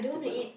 to Bedok